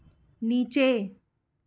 नीचे